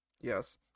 Yes